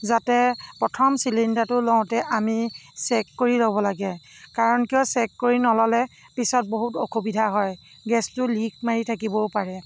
যাতে প্ৰথম চিলিণ্ডাৰটো লওঁতে আমি চেক কৰি ল'ব লাগে কাৰণ কিয় চেক কৰি নল'লে পিছত বহুত অসুবিধা হয় গেছটো লীক মাৰি থাকিবও পাৰে